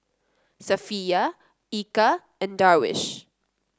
Safiya Eka and Darwish